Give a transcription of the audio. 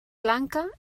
lanka